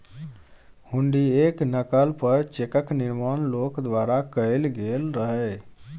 हुंडीयेक नकल पर चेकक निर्माण लोक द्वारा कैल गेल रहय